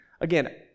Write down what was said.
again